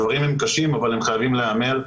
הדברים הם קשים אבל הם חייבים להיאמר.